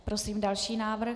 Prosím další návrh.